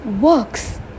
works